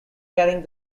carrying